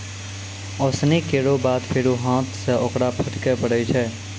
ओसौनी केरो बाद फेरु हाथ सें ओकरा फटके परै छै